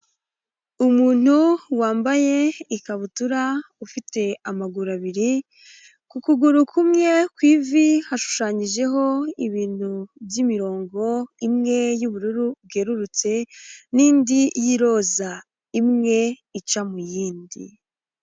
Umuntu wambaye ikabutura ufite amaguru abiri, ku kuguru kumwemye kw'ivi hashushanyijeho ibintu by'imirongo imwe y'ubururu bwerurutse, n'indi y'i roza imwe ica mu yindi.